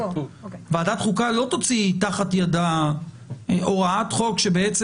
ועדת חוקה לא תוציא תחת ידה הוראת חוק שבעצם